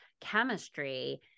chemistry